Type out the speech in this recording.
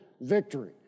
victory